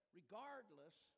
regardless